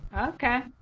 Okay